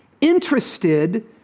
interested